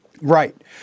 Right